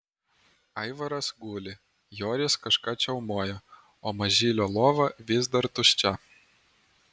aivaras guli joris kažką čiaumoja o mažylio lova vis dar tuščia